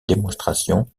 démonstration